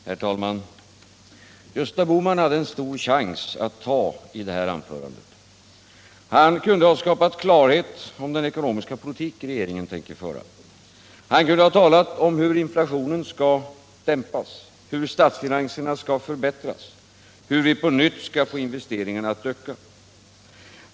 Herr talman! Gösta Bohman hade en stor chans att ta i detta anförande. Han kunde ha skapat klarhet om den ekonomiska politik som regeringen tänker föra. Han kunde ha talat om hur inflationen skall dämpas, hur statsfinanserna skall förbättras och hur vi på nytt skall få investeringarna att öka.